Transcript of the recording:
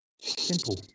simple